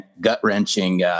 gut-wrenching